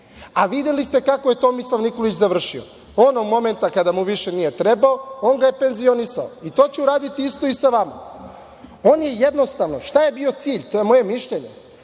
a videli ste kako je Tomislava Nikolić završio. Onog momenta kada mu više nije trebao, on ga je penzionisao i to će uraditi isto i sa vama. On je jednostavno, šta je bio cilj, to je moje mišljenje,